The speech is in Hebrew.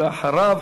ואחריו,